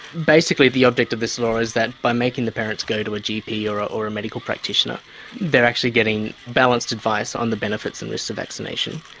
basically the object of this law is that by making the parents go to a gp or ah or a medical practitioner they're actually getting balanced advice on the benefits and risks of vaccination.